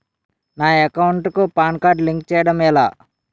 నా అకౌంట్ కు PAN card link చేయడం ఎలా?